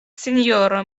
sinjoro